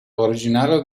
originario